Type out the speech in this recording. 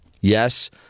Yes